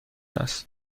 است